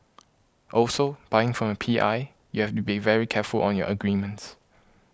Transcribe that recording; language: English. also buying from a P I you have to be very careful on your agreements